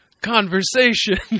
conversation